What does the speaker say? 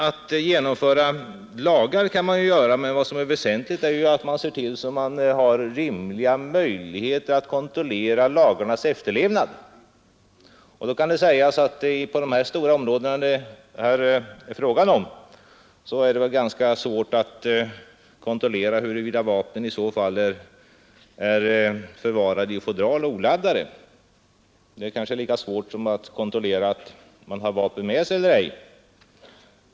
Att stifta lagar kan man göra, men vad som är väsentligt är att se till att man har rimliga möjligheter att kontrollera lagarnas efterlevnad. Då kan det sägas att det på de stora områden det är fråga om är ganska svårt att kontrollera huruvida vapnen är förvarade i fodral oladdade. Det kanske är lika svårt som att kontrollera huruvida man har vapen med sig eller ej.